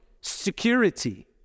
security